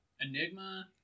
Enigma